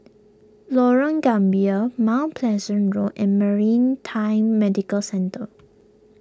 Lorong Gambir Mount Pleasant Road and Maritime Medical Centre